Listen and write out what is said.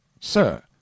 Sir